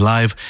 Live